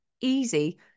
easy